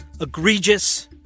egregious